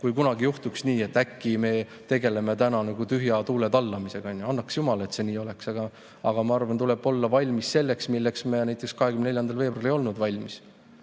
kui kunagi juhtuks nii, et äkki tegeleme täna tühja tuule tallamisega. Annaks jumal, et see nii oleks, aga ma arvan, et tuleb olla valmis selleks, milleks me näiteks 24. veebruaril ei olnud valmis.